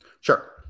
Sure